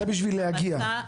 וזה בשביל להגיע.